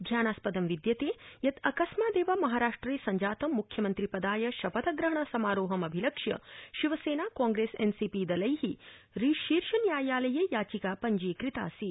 ध्यानास्पदं विद्यते यत् आकस्मादेव महाराष्ट्रे सञ्जातं म्ख्यमन्त्रिपदाय शपथग्रहण समारोहम् अभिलक्ष्य Shiv Sena Congress N C P दलै शीर्षन्यायालये याचिका पञ्जीकृतास्ति